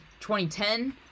2010